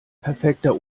perfekter